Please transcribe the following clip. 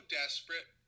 desperate